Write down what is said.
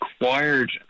acquired